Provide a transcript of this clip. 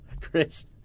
Chris